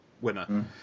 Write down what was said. winner